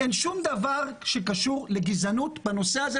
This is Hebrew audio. אין שום דבר שקשור לגזענות בנושא הזה,